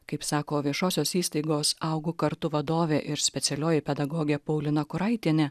kaip sako viešosios įstaigos augu kartu vadovė ir specialioji pedagogė paulina kuraitienė